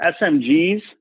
SMGs